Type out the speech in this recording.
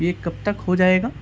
یہ کب تک ہو جائے گا